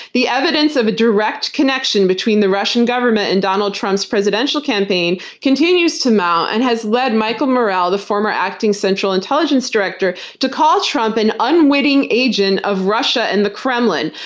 the evidence of a direct connection between the russian government and donald trump's presidential campaign continues to mount, and has led michael morell, the former acting central intelligence director, to call trump an unwitting agent of russia and the kremlin.